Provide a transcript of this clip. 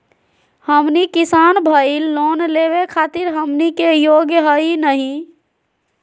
हमनी किसान भईल, लोन लेवे खातीर हमनी के योग्य हई नहीं?